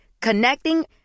Connecting